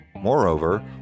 Moreover